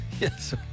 Yes